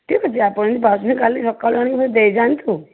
ଠିକ୍ ଅଛି ଆପଣ ଯଦି ପାରୁଛନ୍ତି କାଲି ସକାଳୁ ଆଣି ମୋତେ ଦେଇ ଯାଆନ୍ତୁ